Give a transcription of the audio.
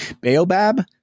Baobab